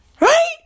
Right